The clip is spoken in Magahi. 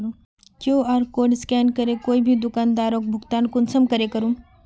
कियु.आर कोड स्कैन करे कोई भी दुकानदारोक भुगतान कुंसम करे करूम?